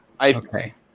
Okay